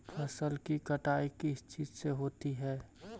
फसल की कटाई किस चीज से होती है?